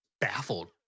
baffled